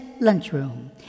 lunchroom